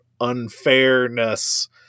unfairness